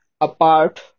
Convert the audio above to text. apart